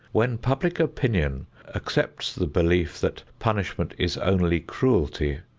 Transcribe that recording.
when public opinion accepts the belief that punishment is only cruelty,